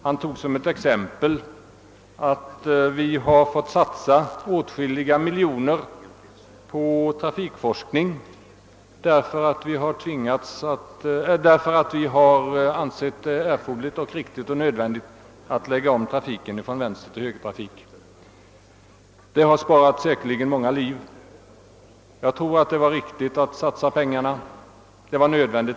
Han nämnde då att vi har satsat åtskilliga miljoner på trafikforskning, därför att vi har ansett det riktigt och nödvändigt att lägga om från vänstertill högertrafik. Den forskningen har säkerligen sparat många liv, och det var riktigt och nödvändigt att satsa de pengarna.